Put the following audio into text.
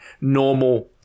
normal